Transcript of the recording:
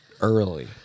early